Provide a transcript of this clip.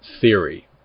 theory